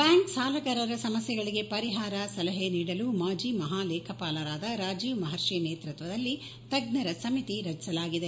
bank ಸಾಲಗಾರರ ಸಮಸ್ಯೆಗಳಿಗೆ ಪರಿಹಾರ ಸಲಹೆ ನೀಡಲು ಮಾಜಿ ಮಹಾಲೇಖಪಾಲರಾದ ರಾಜೀವ್ ಮಹರ್ಷಿ ನೇತೃತ್ವದಲ್ಲಿ ತಜ್ಞರ ಸಮಿತಿ ರಚಿಸಲಾಗಿದೆ